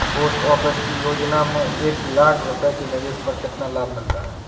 Post office की योजना में एक लाख रूपए के निवेश पर कितना लाभ मिलता है?